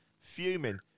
fuming